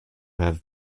have